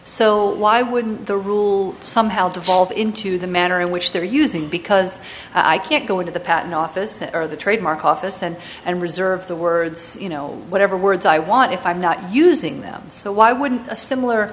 so why wouldn't the rules somehow devolve into the manner in which they're using because i can't go into the patent office or the trademark office and and reserve the words you know whatever words i want if i'm not using them so why wouldn't a similar